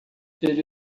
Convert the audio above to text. ele